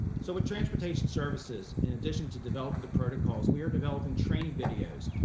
so with transportation services in addition to develop the protocols, we are developing training videos.